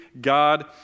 God